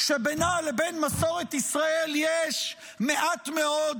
שבינה לבין מסורת ישראל יש מעט מאוד,